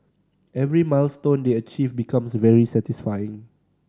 every milestone they achieve becomes very satisfying